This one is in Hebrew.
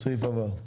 הצבעה אושר.